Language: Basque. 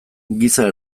giza